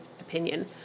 opinion